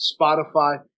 spotify